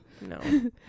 No